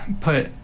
put